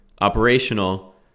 operational